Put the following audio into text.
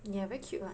yeah very cute [what]